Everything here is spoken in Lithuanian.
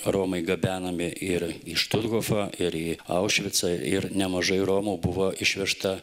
romai gabenami ir į štuthofą ir į aušvicą ir nemažai romų buvo išvežta